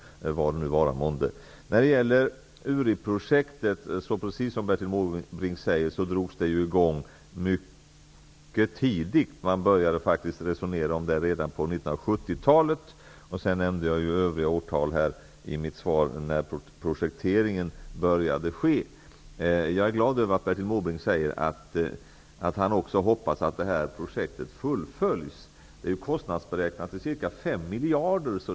Vidare har vi frågan om Uriprojektet. Precis som Bertil Måbrink säger var det ett projekt som drogs i gång mycket tidigt. Man började faktiskt att resonera om det redan på 1970-talet. Jag nämnde i mitt svar övriga årtal för den projektering som påbörjades. Jag är glad över att Bertil Måbrink säger att han också hoppas att projektet skall fullföljas. Det är kostnadsberäknat till ca 5 miljarder kronor.